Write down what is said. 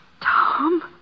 Tom